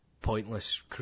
pointless